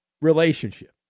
relationship